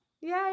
Yay